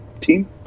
team